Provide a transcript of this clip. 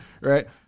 Right